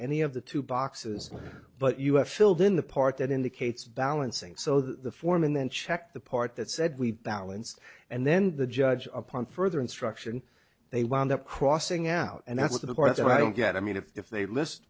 any of the two boxes but you have filled in the part that indicates balancing so the foreman then checked the part that said we balanced and then the judge upon further instruction they wound up crossing out and that's the part that i don't get i mean if they list